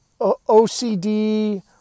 OCD